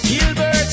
Gilbert